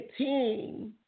18